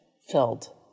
filled